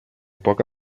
poco